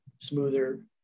Smoother